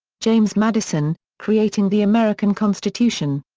james madison creating the american constitution.